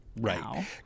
Right